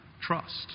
trust